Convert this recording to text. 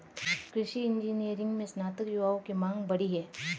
कृषि इंजीनियरिंग में स्नातक युवाओं की मांग बढ़ी है